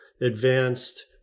advanced